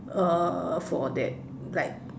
uh for that like